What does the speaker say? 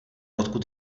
odkud